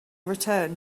return